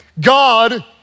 God